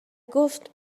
گفت